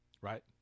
right